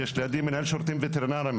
יש לידי מנהל שירותים וטרינריים.